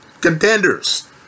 contenders